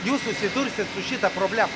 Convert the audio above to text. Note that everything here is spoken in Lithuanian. jūs susidursit su šita problema